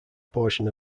portion